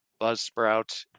Buzzsprout